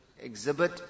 Exhibit